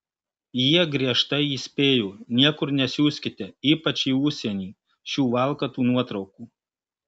jie griežtai įspėjo niekur nesiųskite ypač į užsienį šių valkatų nuotraukų